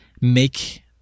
make